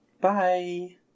Bye